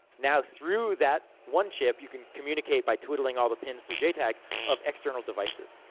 now through that one chip, you can communicate by twiddling all the pins through jtag of external devices.